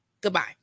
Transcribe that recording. goodbye